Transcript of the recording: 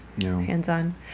hands-on